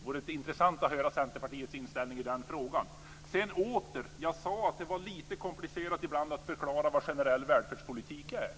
Det vore rätt intressant att höra Centerpartiets inställning i frågan. Sedan åter: Jag sade att det ibland är lite komplicerat att förklara vad generell välfärdspolitik är.